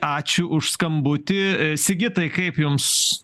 ačiū už skambutį sigitai kaip jums